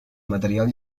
material